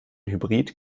hybrid